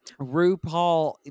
RuPaul